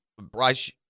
Bryce